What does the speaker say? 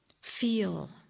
feel